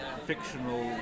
fictional